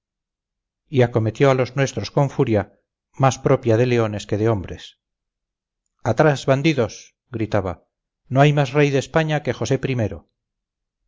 y acometió a los nuestros con furia más propia de leones que de hombres atrás bandidos gritaba no hay más rey de españa que josé